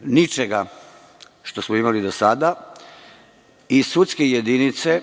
ničega što smo imali do sada i sudske jedinice